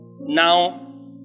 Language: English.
now